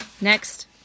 Next